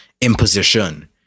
imposition